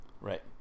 Right